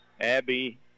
abby